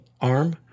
arm